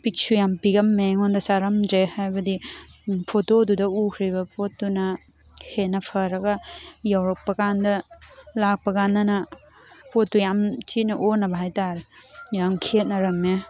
ꯄꯤꯛꯁꯨ ꯌꯥꯝꯅ ꯄꯤꯛꯑꯝꯃꯦ ꯑꯩꯉꯣꯟꯗ ꯆꯥꯔꯝꯗ꯭ꯔꯦ ꯍꯥꯏꯕꯗꯤ ꯐꯣꯇꯣꯗꯨꯗ ꯎꯈ꯭ꯔꯤꯕ ꯄꯣꯠꯇꯨꯅ ꯍꯦꯟꯅ ꯐꯔꯒ ꯌꯧꯔꯛꯄꯀꯥꯟꯗ ꯂꯥꯛꯄꯀꯥꯟꯗꯅ ꯄꯣꯠꯇꯣ ꯌꯥꯝ ꯊꯤꯅ ꯑꯣꯅꯕ ꯍꯥꯏꯇꯥꯔꯦ ꯌꯥꯝ ꯈꯦꯠꯅꯔꯝꯃꯦ